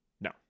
no